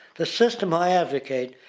the system i advocate,